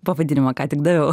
pavadinimą ką tik daviau